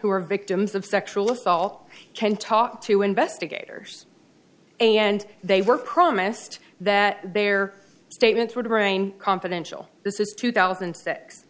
who were victims of sexual assault can talk to investigators and they were promised that their statements would remain confidential this is two thousand and six